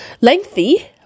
lengthy